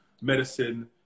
medicine